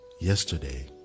Yesterday